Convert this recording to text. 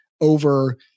over